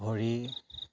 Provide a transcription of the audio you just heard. ভৰি